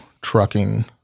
trucking